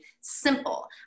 simple